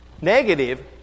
Negative